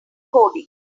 coding